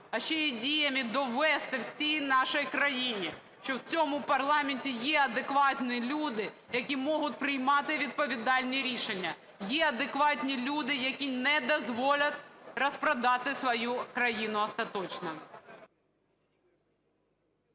а ще й діями довести всій нашій країні, що в цьому парламенті є адекватні люди, які можуть приймати відповідальні рішення, є адекватні люди, які не дозволять розпродати свою країну остаточно.